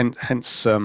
hence